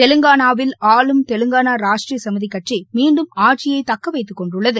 தெலங்கானாவில் ஆளும் தெலுங்கானா ராஷ்ட்ரிய சமிதி கட்சி ்மீன்டும் ஆட்சியை தக்க வைத்து கொண்டுள்ளது